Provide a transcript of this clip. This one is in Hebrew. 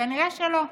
כנראה שלא.